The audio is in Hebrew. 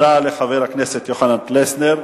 תודה לחבר הכנסת יוחנן פלסנר.